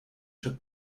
took